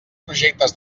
projectes